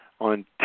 On